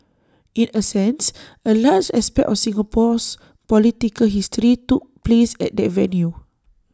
in essence A large aspect of Singapore's political history took place at that venue